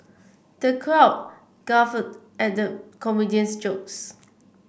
the crowd guffawed at the comedian's jokes